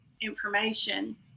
information